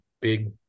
Big